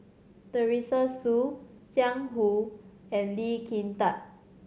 Teresa Hsu Jiang Hu and Lee Kin Tat